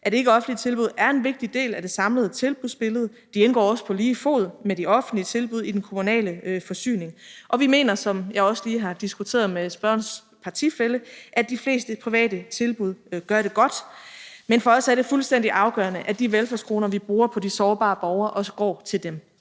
at ikkeoffentlige tilbud er en vigtig del af det samlede tilbudsbillede, og de indgår også på lige fod med de offentlige tilbud i den kommunale forsyning. Og vi mener, som jeg også lige har diskuteret med spørgerens partifælle, at de fleste private tilbud gør det godt, men for os er det fuldstændig afgørende, at de velfærdskroner, vi bruger på de sårbare borgere, også går til dem.